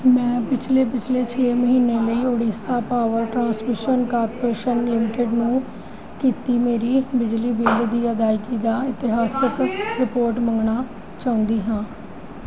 ਮੈਂ ਪਿਛਲੇ ਪਿਛਲੇ ਛੇ ਮਹੀਨੇ ਲਈ Odisha power transmission corporation limited ਨੂੰ ਕੀਤੀ ਮੇਰੀ ਬਿਜਲੀ ਬਿੱਲ ਅਦਾਇਗੀ ਦਾ ਇਤਿਹਾਸਕ ਰਿਪੋਰਟ ਮੰਗਣਾ ਚਾਹੁੰਦੀ ਹਾਂ